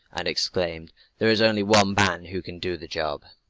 and exclaimed there is only one man who can do the job!